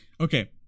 Okay